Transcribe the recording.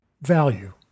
value